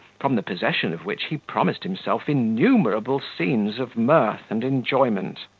from the possession of which he promised himself innumerable scenes of mirth and enjoyment.